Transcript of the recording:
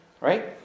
Right